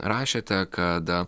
rašėte kada